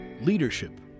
Leadership